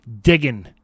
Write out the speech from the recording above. digging